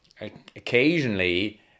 occasionally